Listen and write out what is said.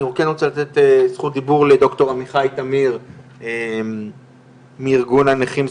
אני כן רוצה לתת זכות דיבור לדוקטור עמיחי תמיר מארגון הנכים,